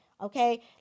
okay